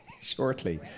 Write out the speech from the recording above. shortly